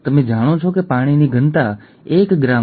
આ વૈકલ્પિક છે